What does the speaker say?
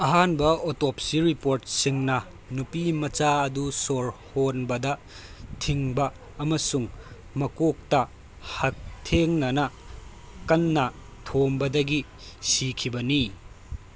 ꯑꯍꯥꯟꯕ ꯑꯣꯇꯣꯞꯁꯤ ꯔꯤꯄꯣꯠꯁꯤꯡꯅ ꯅꯨꯄꯤ ꯃꯆꯥ ꯑꯗꯨ ꯁꯣꯔ ꯍꯣꯟꯕꯗ ꯊꯤꯡꯕ ꯑꯃꯁꯨꯡ ꯃꯀꯣꯛꯇ ꯍꯛꯊꯦꯡꯅꯅ ꯀꯟꯅ ꯊꯣꯝꯕꯗꯒꯤ ꯁꯤꯈꯤꯕꯅꯤ